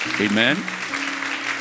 Amen